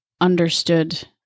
understood